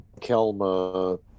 Kelma